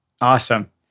Awesome